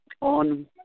on